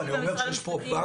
אני אומר שיש פה באג